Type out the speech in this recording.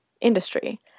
industry